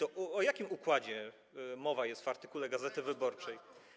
O jakim układzie mowa jest w artykule „Gazety Wyborczej”